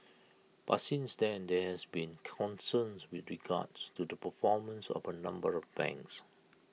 but since then there have been concerns with regards to the performance of A number of banks